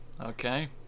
Okay